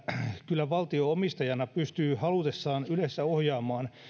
kyllä valtio omistajana pystyy halutessaan ylessä ohjaamaan